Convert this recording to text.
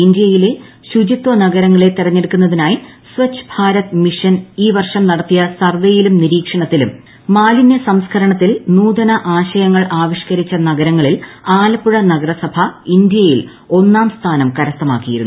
ഇന്ത്യയിലെ ശുചിത്വ നഗരങ്ങളെ തിരഞ്ഞെടുക്കുന്നതിനായി സ്വച്ച് ഭാരത് മിഷൻ ഈ വർഷം നടത്തിയ സർവ്വേയിലും നിരീക്ഷണത്തിലും മാലിന്യ സംസ്കരണത്തിൽ നൂതന ആശയങ്ങൾ ആവിഷ്കരിച്ച നഗരങ്ങളിൽ ആലപ്പുഴ നഗരസഭ ഇന്ത്യയിൽ ഒന്നാം സ്ഥാനം കരസ്ഥമാക്കിയിരുന്നു